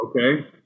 okay